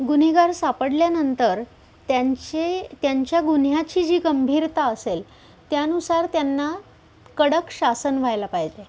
गुन्हेगार सापडल्यानंतर त्यांची त्यांच्या गुन्ह्याची जी गंभीरता असेल त्यानुसार त्यांना कडक शासन व्हायला पाहिजे